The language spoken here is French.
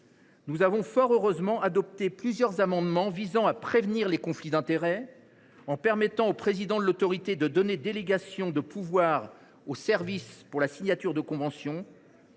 Nous avons fort heureusement adopté plusieurs amendements visant à prévenir les conflits d’intérêts, en permettant au président de l’autorité de donner délégation de pouvoir aux services pour la signature de conventions,